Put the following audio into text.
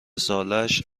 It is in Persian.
سالش